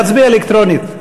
להצביע אלקטרונית.